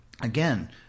Again